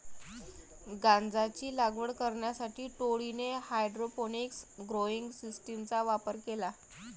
गांजाची लागवड करण्यासाठी टोळीने हायड्रोपोनिक्स ग्रोइंग सिस्टीमचा वापर केला